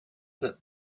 that